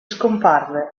scomparve